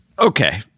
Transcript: Okay